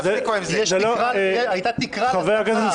הייתה תקרה לשכר,